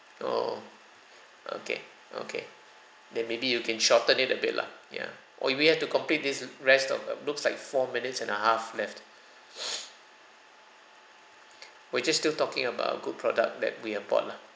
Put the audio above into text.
oh okay okay then maybe you can shorten it a bit lah ya oh if we have to complete this rest of uh looks like four minutes and a half left we're just still talking about good product that we have bought lah